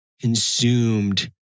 consumed